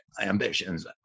ambitions